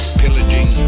pillaging